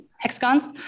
hexagons